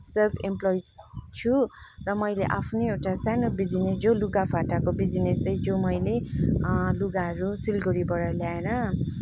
self employed छु र मैले आफ्नै एउटा सानो बिजिनेस जो लुगाफाटाको बिजिनेस चाहिँ जो मैले लुगाहरू सिलगडीबाट ल्याएर